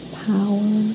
power